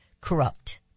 corrupt